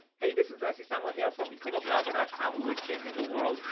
hey, this is leslie samuel here from becomeablogger dot com where we're changing the world,